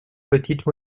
petite